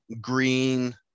green